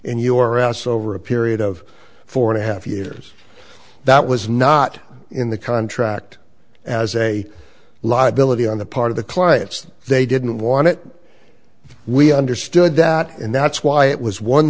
in your house over a period of four and a half years that was not in the contract as a lot of villainy on the part of the clients they didn't want it we understood that and that's why it was one